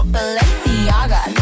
Balenciaga